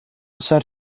sent